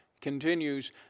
continues